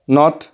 নথ